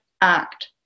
act